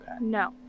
No